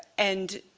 and